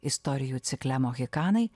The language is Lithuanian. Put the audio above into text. istorijų cikle mohikanai